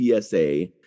PSA